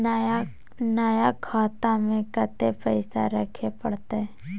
नया खाता में कत्ते पैसा रखे परतै?